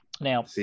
Now